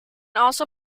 also